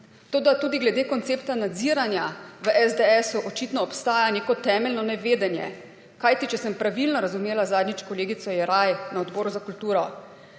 tudi glede koncepta nadziranja v SDS očitno obstaja neko temeljno nevedenje. Če sem pravilno razumela zadnjič kolegico Jeraj na Odboru za kulturo,